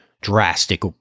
drastic